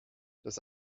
das